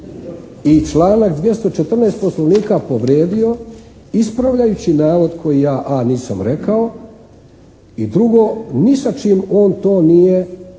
i članak 214. Poslovnika povrijedio, ispravljajući navod koji ja a) nisam rekao i drugo, ni sa čim on to nije